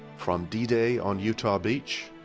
from d-day d-day on utah beach,